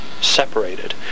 separated